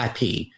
IP